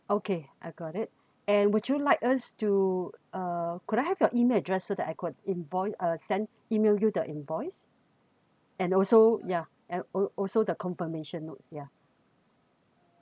okay I got it and would you like us to uh could I have your email address so that I could invoice uh send email you the invoice and also yeah and also the confirmation notes ya